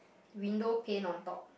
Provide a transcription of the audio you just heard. window pane on top